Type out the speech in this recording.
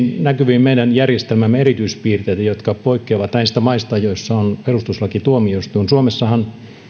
näkyviin meidän järjestelmämme erityispiirteitä jotka poikkeavat niistä maista joissa on perustuslakituomioistuin suomessahan